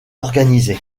organisée